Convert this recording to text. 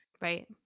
Right